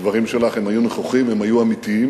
הדברים שלך היו נכוחים והם היו אמיתיים.